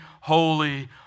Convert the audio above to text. holy